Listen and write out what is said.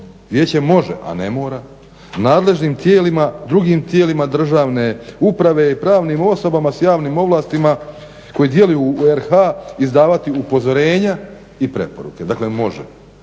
Vijeće može a ne mora nadležnim tijelima, drugim tijelima državne uprave i pravnim osobama s javnim ovlastima koji djeluju u RH izdavati upozorenja i preporuke, dakle može.